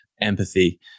empathy